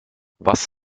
was